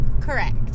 Correct